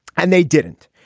and they didn't.